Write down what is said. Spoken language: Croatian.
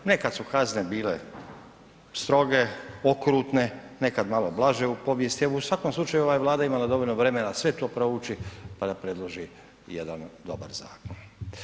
Nekad su kazne bile stroge, okrutne, nekad malo blaže u povijesti, evo u svakom slučaju ova je Vlada imala dovoljno vremena da sve to prouči pa da predloži jedan dobar zakon.